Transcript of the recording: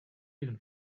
even